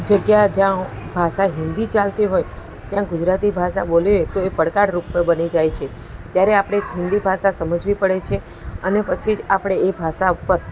જગ્યા જ્યાં ભાષા હિન્દી ચાલતી હોય ત્યાં ગુજરાતી ભાષા બોલીએ તો એ પડકારરૂપ બની જાય છે ત્યારે આપણે હિન્દી ભાષા સમજવી પડે છે અને પછી જ આપણે એ ભાષા ઉપર